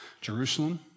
Jerusalem